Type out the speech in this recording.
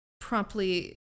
promptly